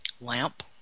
Lamp